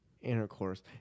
Intercourse